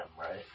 right